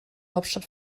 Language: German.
hauptstadt